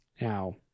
Now